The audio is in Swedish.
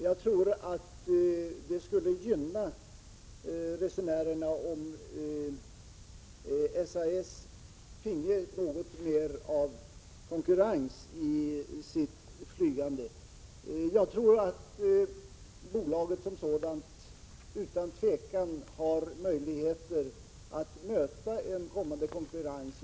Jag tror nämligen att det skulle gynna resenärerna om SAS finge något mer av konkurrens i sitt flygande. Bolaget som sådant har utan tvivel möjligheter att möta en kommande konkurrens.